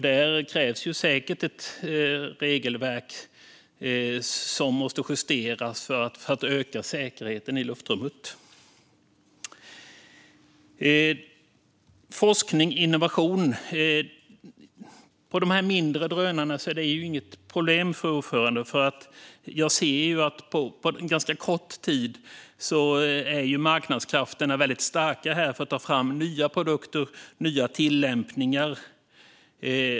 Där krävs det säkert att ett regelverk justeras för att öka säkerheten i luftrummet. Sedan gäller det forskning och innovation. För de mindre drönarna är det inget problem, fru talman. På ganska kort tid har marknadskrafterna varit väldigt starka när det gäller att ta fram nya produkter och nya tillämpningar.